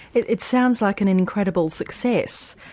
it it sounds like an incredible success,